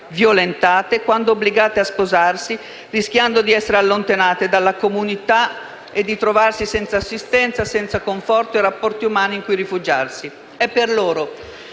violentate quando obbligate a sposarsi, rischiando di essere allontanate dalla comunità e di trovarsi senza assistenza, senza conforto e senza rapporti umani in cui rifugiarsi. È per loro,